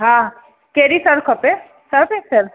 हा कहिड़ी सर्फ़ खपे सर्फ एक्सिल